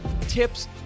tips